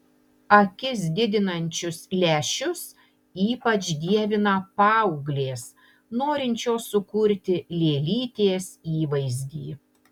akis didinančius lęšius ypač dievina paauglės norinčios sukurti lėlytės įvaizdį